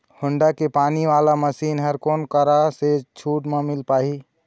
Honda के पानी वाला मशीन हर कोन करा से छूट म मिल पाही?